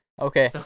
Okay